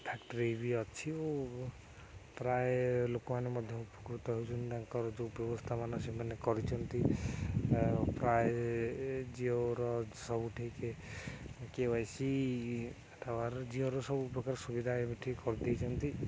factory ବି ଅଛି ଓ ପ୍ରାୟ ଲୋକମାନେ ମଧ୍ୟ ଉପକୃତ ହଉଛନ୍ତି ତାଙ୍କର ଯେଉଁ ବ୍ୟବସ୍ଥା ମାନ ସେମାନେ କରିଛନ୍ତି ଆ ପ୍ରାୟ ଜିଓର ସବୁ ଠିକ୍ କେ ୱାଇ ସିି ଟାୱାର ଜିଓର ସବୁ ପ୍ରକାର ସୁବିଧା ଏବେଠି କରିଦେଇଛନ୍ତି